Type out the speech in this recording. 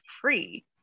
free